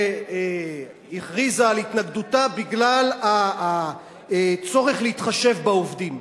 שהכריזה על התנגדותה, בגלל הצורך להתחשב בעובדים: